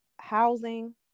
housing